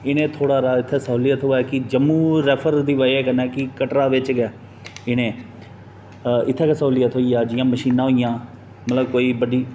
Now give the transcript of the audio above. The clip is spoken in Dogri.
इ'नें थोह्ड़ा हारा इत्थै स्हूलियत थ्होऐ कि जम्मू रैफर दी वजह् कन्नै कि कटरा बिच्च गै इ'नें इत्थै गै स्हूलियत थ्होई जा जि'यां मशीनां होइयां जा मतलब कोई बड्डी